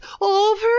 over